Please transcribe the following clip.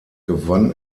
gewann